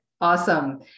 Awesome